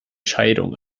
scheidung